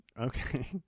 okay